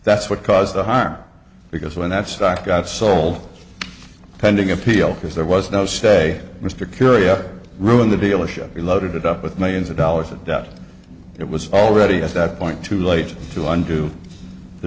that's what caused the harm because when that stock got sold pending appeal because there was no say mr kuria ruined the dealership he loaded it up with millions of dollars of debt and it was already at that point too late to undo the